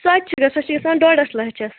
سۄ تہِ چھِ گژھان سۄ چھِ گژھان ڈۄڈَس لَچھَس